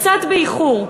קצת באיחור,